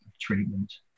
treatment